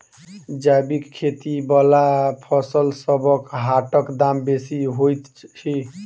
जैबिक खेती बला फसलसबक हाटक दाम बेसी होइत छी